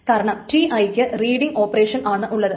കാരണം Ti ക്ക് reading operation ആണുള്ളത്